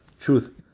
truth